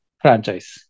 franchise